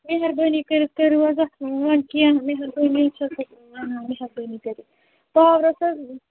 مہربٲنی کٔرِتھ کٔرِو حظ اَتھ وۅنۍ کیٚنٛہہ مہربٲنی چھَ مہربٲنی کٔرِتھ پاورَس حظ